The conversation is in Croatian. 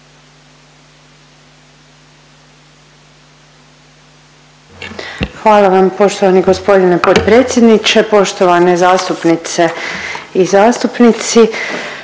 Hvala vam poštovani g. potpredsjedniče. Poštovane zastupnice i zastupnici,